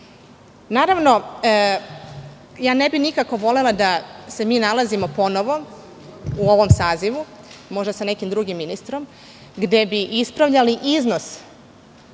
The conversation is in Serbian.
ne bih nikako volela da se mi nalazimo ponovo u ovom sazivu, možda sa nekim drugim ministrom gde bi ispravljali iznos